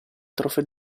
trofeo